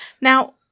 now